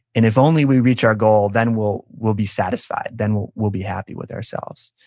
and if only we reach our goal, then we'll we'll be satisfied. then, we'll we'll be happy with ourselves,